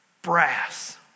Brass